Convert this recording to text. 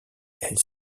elles